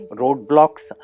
roadblocks